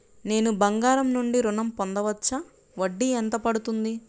నేను బంగారం నుండి ఋణం పొందవచ్చా? వడ్డీ ఎంత పడుతుంది?